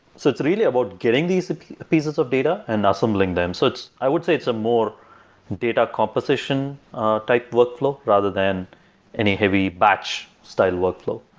so it's really about getting these pieces of data and assembling them. so i would say it's a more data composition type workflow rather than any heavy batch style workflow